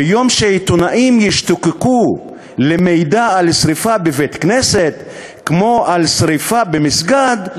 ביום שעיתונאים ישתוקקו למידע על שרפה בבית-כנסת כמו על שרפה במסגד,